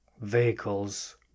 vehicles